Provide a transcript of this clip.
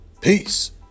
Peace